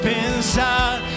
inside